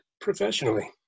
professionally